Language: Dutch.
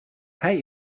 hij